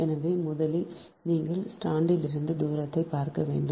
எனவே முதலில் நீங்கள் ஸ்ட்ராண்டிலிருந்து தூரத்தைப் பார்க்க வேண்டும்